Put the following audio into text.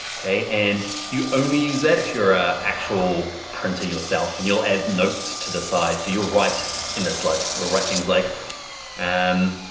okay? and you only use that if your ah actual printer yourself. and you'll add notes to the side. you'll write in the slug. you'll write things like and um